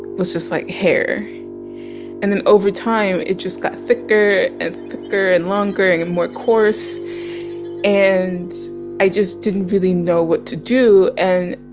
was just like hair and then over time it just got thicker and thicker and longer and and more coarse and i just didn't really know what to do and